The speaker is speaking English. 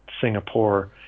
Singapore